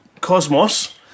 Cosmos